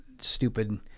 stupid